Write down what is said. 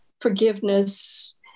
forgiveness